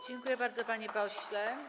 Dziękuję bardzo, panie pośle.